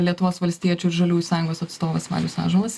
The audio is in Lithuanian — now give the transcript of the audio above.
lietuvos valstiečių ir žaliųjų sąjungos atstovas valius ąžuolas